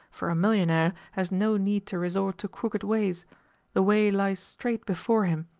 for a millionaire has no need to resort to crooked ways the way lies straight before him,